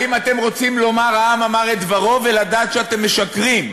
האם אתם רוצים לומר "העם אמר את דברו" ולדעת שאתם משקרים?